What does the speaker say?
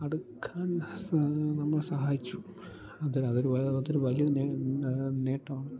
അടുക്കാൻ നമ്മളെ സഹായിച്ചു അതിൽ അതൊരു അതൊരു വലിയൊരു നേട്ടമാണ്